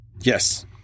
Yes